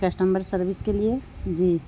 customer service کے لیے جی